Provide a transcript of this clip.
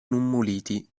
nummuliti